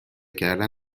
کردن